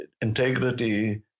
Integrity